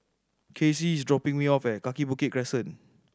Kacey is dropping me off at Kaki Bukit Crescent